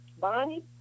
Bonnie